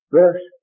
verse